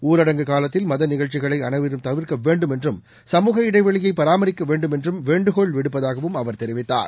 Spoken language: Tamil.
ஊரடங்கு காலத்தில் மத நிகழ்ச்சிகளை அனைவரும் தவிர்க்க வேண்டும் என்றும் சமூக இடைவெளியை பராமரிக்க வேண்டும் என்றும் வேண்டுகோள் விடுப்பதாகவும் அவர் தெரிவித்தார்